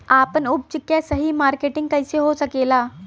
आपन उपज क सही मार्केटिंग कइसे हो सकेला?